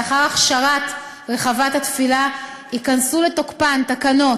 לאחר הכשרת רחבת התפילה ייכנסו לתוקפן תקנות